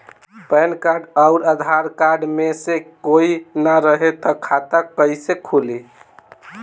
Pan card आउर Aadhaar card मे से कोई ना रहे त खाता कैसे खुली?